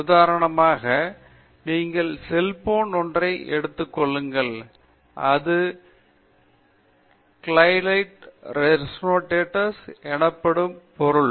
உதாரணமாக நீங்கள் செல்போன் ஒன்றை எடுத்துக் கொள்ளுங்கள் இது க்ளைலைட் ரெசோனேட்டர்ஸ் எனப்படும் பொருள்